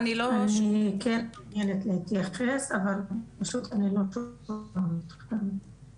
גם אנחנו הגשנו את ההערות שלנו